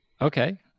okay